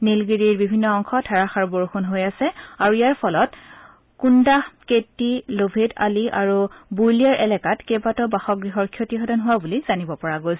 নীলগিৰিৰ বিভিন্ন অংশত ধাৰাযাৰ বৰষুণ হৈ আছে আৰু ইয়াৰ ফলত কুণ্ণাহ কেটি লোভেড আলী আৰু বুৰ্লিয়াৰ এলেকাত কেইবাটাও বাসগৃহৰ ক্ষতিসাধন হোৱা বুলি জানিব পৰা গৈছে